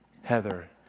Heather